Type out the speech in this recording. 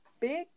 big